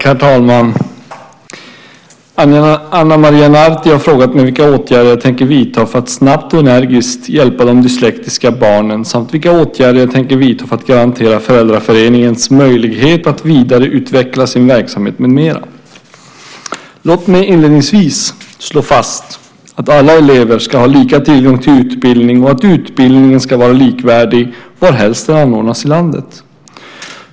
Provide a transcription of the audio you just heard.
Herr talman! Ana Maria Narti har frågat mig vilka åtgärder jag tänker vidta för att snabbt och energiskt hjälpa de dyslektiska barnen samt vilka åtgärder jag tänker vidta för att garantera föräldraföreningens möjlighet att vidareutveckla sin verksamhet med mera. Låt mig inledningsvis slå fast att alla elever ska ha lika tillgång till utbildning och att utbildningen ska vara likvärdig varhelst den anordnas i landet.